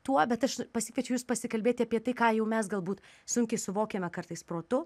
tuo bet aš pasikviečiau jus pasikalbėti apie tai ką jau mes galbūt sunkiai suvokiame kartais protu